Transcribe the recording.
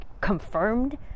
confirmed